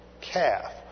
calf